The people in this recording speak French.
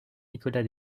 nicolas